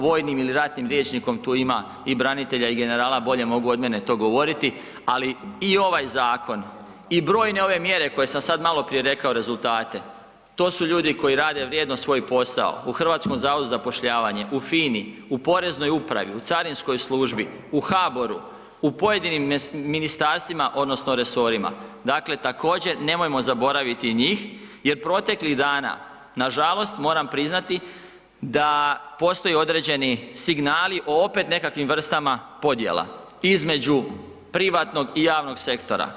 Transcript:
Vojnim ili ratnim rječnikom, tu ima i branitelja i generala, bolje mogu od mene to govoriti, ali i ovaj zakon, i brojne ove mjere koje sam sad maloprije rekao, rezultate, to su ljudi koji rade vrijedno svoj posao, u HZZ-u, u FINA-u, u Poreznoj upravi, u carinskoj službi, u HBOR-u, u pojedinim ministarstvima odnosno resorima, dakle također nemojmo zaboraviti i njih jer proteklih dana nažalost, moram priznati, da postoje određeni signali o opet nekakvim vrstama podjela između privatnog i javnog sektora.